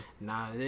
nah